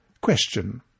Question